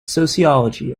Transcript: sociology